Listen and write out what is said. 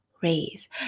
raise